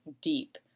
deep